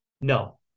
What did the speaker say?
no